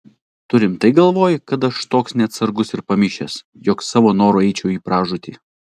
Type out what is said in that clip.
tu rimtai galvoji kad aš toks neatsargus ir pamišęs jog savo noru eičiau į pražūtį